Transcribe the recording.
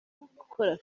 gukora